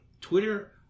twitter